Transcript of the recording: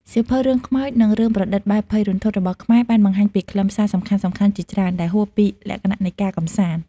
សៀវភៅរឿងខ្មោច និងរឿងប្រឌិតបែបភ័យរន្ធត់របស់ខ្មែរបានបង្ហាញពីខ្លឹមសារសំខាន់ៗជាច្រើន ដែលហួសពីលក្ខណៈនៃការកម្សាន្ត។